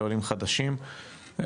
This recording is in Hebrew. לעולים חדשים,